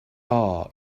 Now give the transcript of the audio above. are